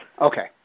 Okay